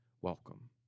Welcome